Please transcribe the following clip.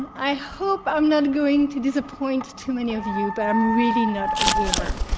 and i hope i'm not going to disappoint too many of you, but i'm really not a gamer.